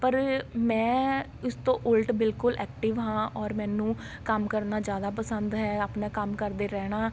ਪਰ ਮੈੈਂ ਇਸ ਤੋਂ ਉਲਟ ਬਿਲਕੁਲ ਐਕਟਿਵ ਹਾਂ ਔਰ ਮੈਨੂੰ ਕੰਮ ਕਰਨਾ ਜ਼ਿਆਦਾ ਪਸੰਦ ਹੈ ਆਪਣਾ ਕੰਮ ਕਰਦੇ ਰਹਿਣਾ